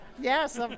Yes